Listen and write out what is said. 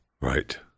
Right